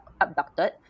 abducted